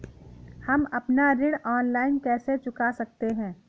हम अपना ऋण ऑनलाइन कैसे चुका सकते हैं?